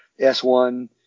S1